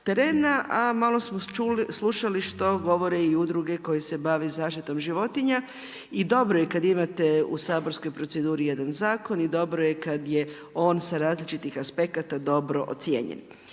terena a malo smo slušali što govore i udruge koje se bave zaštitom životinja i dobro je kad imate u saborskoj proceduri jedan zakon i dobro je kad je on sa različitih aspekata dobro ocijenjen.